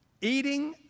Eating